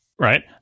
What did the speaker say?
Right